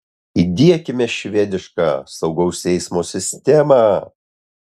įdiekime švedišką saugaus eismo sistemą